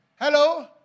Hello